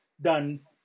done